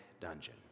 dungeon